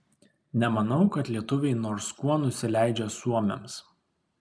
nemanau kad lietuviai nors kuo nusileidžia suomiams